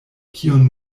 kion